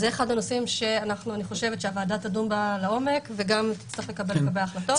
זה אחד הנושאים שהוועדה תדון בהם לעומק ותצטרך לקבל לגביה החלטות.